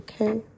okay